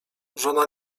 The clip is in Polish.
żona